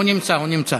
הוא נמצא, הוא נמצא.